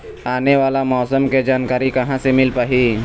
आने वाला मौसम के जानकारी कहां से मिल पाही?